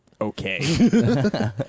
okay